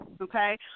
okay